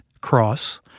cross